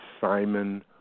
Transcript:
Simon